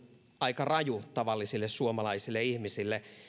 aika raju tavallisille suomalaisille ihmisille